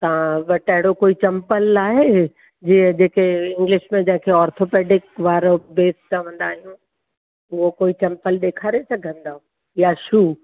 तव्हां वटि अहिड़ो कोई चंपल आहे जीअं जेके इंग्लिश में जंहिंखे ऑर्थोपेडिक वारो बेस चवंदा आहिनि उहो कोई चंपल ॾेखारे सघंदव या शू